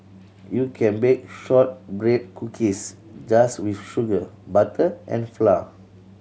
you can bake shortbread cookies just with sugar butter and flour